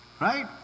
Right